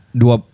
dua